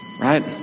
Right